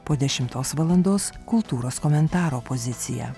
po dešimtos valandos kultūros komentaro pozicija